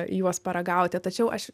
juos paragauti tačiau aš